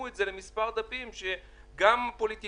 את זה למספר דפים כדי שגם פוליטיקאים,